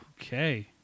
okay